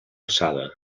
alçada